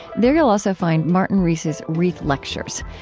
there you will also find martin rees's reith lectures.